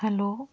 hello